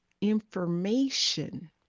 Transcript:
information